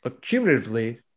cumulatively